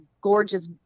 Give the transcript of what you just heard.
gorgeous